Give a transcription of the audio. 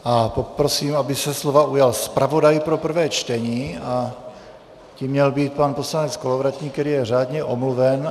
A poprosím, aby se slova ujal zpravodaj pro prvé čtení, a tím měl být pan poslanec Kolovratník, který je řádně omluven.